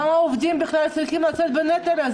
למה העובדים בכלל צריכים לשאת בנטל הזה?